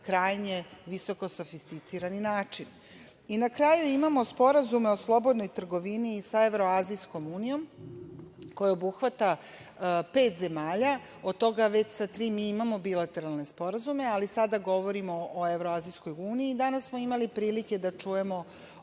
krajnje visokosofisticirani način.I na kraju imamo sporazume o slobodnoj trgovini sa Evroazijskom unijom koja obuhvata pet zemalja, od toga već sa tri mi imamo bilateralne sporazume, ali sada govorimo o Evroaizijskoj uniji. Danas smo imali prilike da čujemo